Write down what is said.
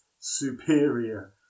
superior